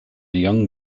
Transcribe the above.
young